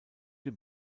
den